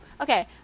Okay